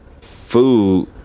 food